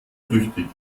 flüchtig